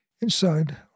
Inside